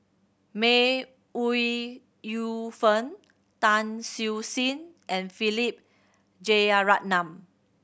May Ooi Yu Fen Tan Siew Sin and Philip Jeyaretnam